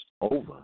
over